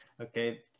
Okay